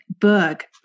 book